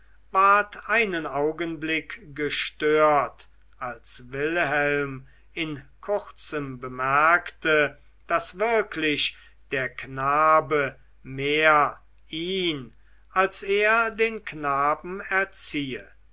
ward einen augenblick gestört als wilhelm in kurzem bemerkte daß wirklich der knabe mehr ihn als er den knaben erziehe